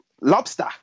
lobster